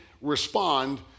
respond